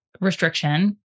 restriction